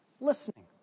Listening